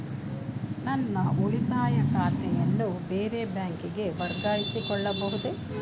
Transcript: ನನ್ನ ಉಳಿತಾಯ ಖಾತೆಯನ್ನು ಬೇರೆ ಬ್ಯಾಂಕಿಗೆ ವರ್ಗಾಯಿಸಿಕೊಳ್ಳಬಹುದೇ?